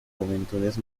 juventudes